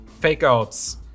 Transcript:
fake-outs